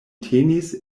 tenis